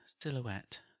Silhouette